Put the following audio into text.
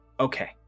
okay